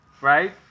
right